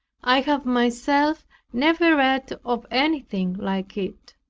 i have myself never read of anything like it.